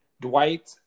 Dwight